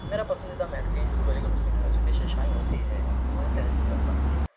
میرا پسندیدہ میگزین جو علی گڑھ مسلم یونیورسٹی سے شائع ہوتی ہے وہ ہے تہذیب الاخلاق